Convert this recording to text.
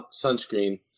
sunscreen